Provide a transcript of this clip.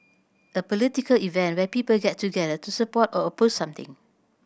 a political event where people get together to support or oppose something